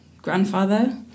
Grandfather